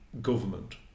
government